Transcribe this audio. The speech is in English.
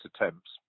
attempts